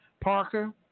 Parker